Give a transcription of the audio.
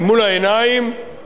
הוא שיתוף מבורך.